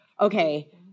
okay